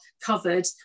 covered